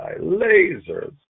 lasers